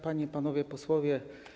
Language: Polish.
Panie i Panowie Posłowie!